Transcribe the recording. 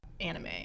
anime